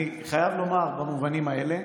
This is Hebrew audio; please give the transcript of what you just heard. אני חייב לומר, במובנים האלה,